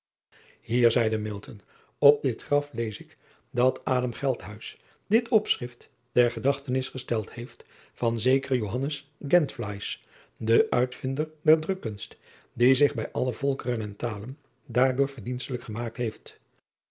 ier zeide op dit graf lees ik dat dit opschrift ter gedachtenis gesteld heeft van zekeren den uitvinder der rukkunst die zich bij alle volkeren en talen daardoor verdienstelijk gemaakt heeft